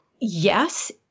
Yes